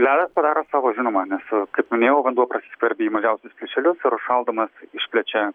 ledas padaro savo žinoma nes kaip minėjau vanduo prasiskverbia į mažiausius plyšelius ir užšaldamas išplečia